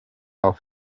auf